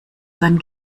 sein